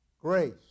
grace